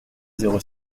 zéro